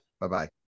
Bye-bye